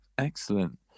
Excellent